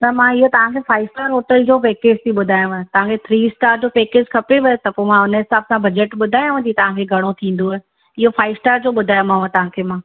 त मां इहो तव्हां खे फाइव स्टार होटल जो पेकेज थी ॿुधायांव तव्हांखे थ्री स्टार जो पेकेज खपेव त पोइ मां हुन हिसाब सां बजट ॿुधायांव थी तव्हां खे घणो थींदव इहो फाइव स्टार जो ॿुधायोमांव तव्हां खे मां